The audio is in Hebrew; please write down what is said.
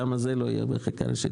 למה זה לא יהיה בחקיקה ראשית?